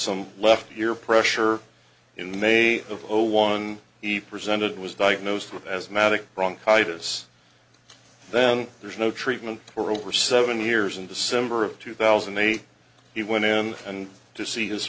some left ear pressure in may of zero one eave presented was diagnosed with as magic bronchitis then there's no treatment for over seven years in december of two thousand and eight he went in and to see his